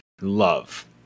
love